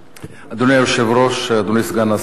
אדוני היושב-ראש, אדוני סגן השר,